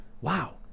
Wow